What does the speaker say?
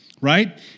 right